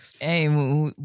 Hey